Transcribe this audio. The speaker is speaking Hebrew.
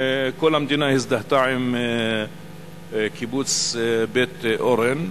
כל המדינה הזדהתה עם קיבוץ בית-אורן,